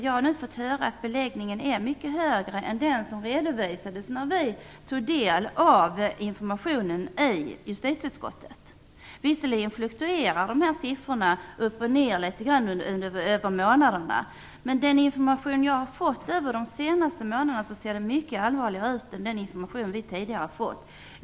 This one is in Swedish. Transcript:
Jag har fått höra att beläggningen är mycket högre än vad som redovisades när vi i justitieutskottet tog del av informationen. Visserligen fluktuerar siffrorna upp och ned över månaderna, men enligt den information jag har fått om de senaste månaderna ser det mycket allvarligare ut än vad det gjorde i den information som vi tidigare har fått.